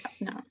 No